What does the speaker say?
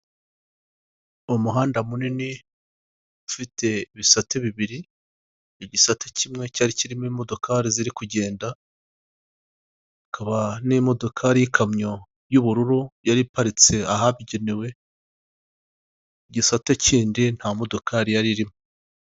Umuhanda munini ufite ibisate bibiri, igisate kimwe cyari kirimo imodokari ziri kugenda, hakaba n'imodokari y'ikamyo y'ubururu yari iparitse ahabigenewe, igisate kindi nta modokari yari irimo.